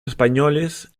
españoles